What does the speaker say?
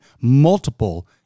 multiple